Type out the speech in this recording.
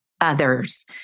others